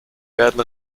werden